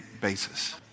basis